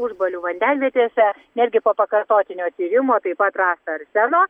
užbalių vandenvietėse netgi po pakartotinio tyrimo taip pat rasta arseno